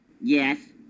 Yes